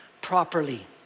properly